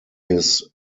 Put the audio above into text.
his